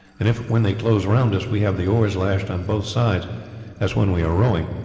and if when they close round us we have the oars lashed on both sides as when we are rowing,